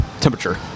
temperature